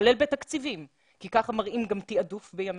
כולל בתקציבים כי כך מראים גם תעדוף בימינו.